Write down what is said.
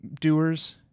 doers